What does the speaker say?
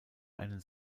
einen